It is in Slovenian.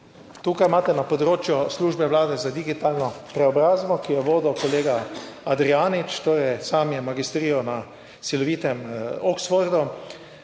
Tukaj imate na področju Službe vlade za digitalno preobrazbo, ki jo je vodil kolega Adrijanič. Torej, sam je magistriral na silovitem Oxfordu.